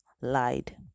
lied